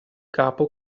capo